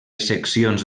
seccions